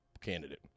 candidate